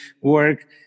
work